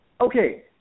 Okay